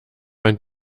ein